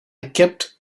kept